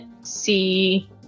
see